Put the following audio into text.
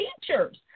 teachers